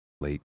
late